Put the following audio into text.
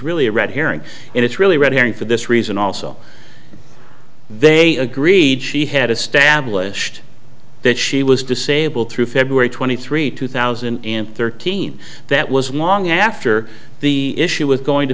really a red herring and it's really red herring for this reason also they agreed she had established that she was disabled through february two thousand and three two thousand and thirteen that was long after the issue was going to